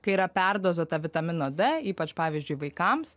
kai yra perdozuota vitamino d ypač pavyzdžiui vaikams